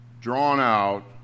drawn-out